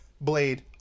Blade